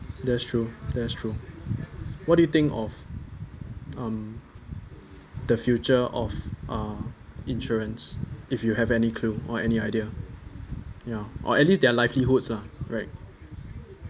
that's true that's true what do you think of um the future of uh insurance if you have any clue or any idea ya or at least their livelihoods lah right